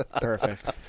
Perfect